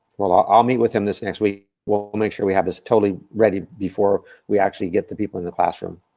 well, i'll meet with him this next week. we'll we'll make sure we have this totally ready before we actually get the people in the classroom.